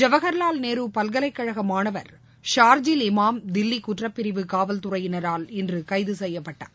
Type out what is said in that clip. ஜவஹர்லால் நேரு பல்கலைக் கழக மாணவர் சார்ஜில் இமாம் தில்லி குற்றப்பிரிவு காவல்துறையினரால் இன்று கைது செய்யப்பட்டார்